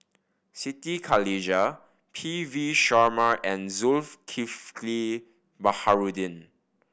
Siti Khalijah P V Sharma and Zulkifli Baharudin